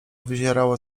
wyzierało